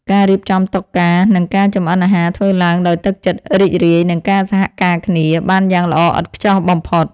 ការរៀបចំតុការ និងការចម្អិនអាហារធ្វើឡើងដោយទឹកចិត្តរីករាយ និងការសហការគ្នាបានយ៉ាងល្អឥតខ្ចោះបំផុត។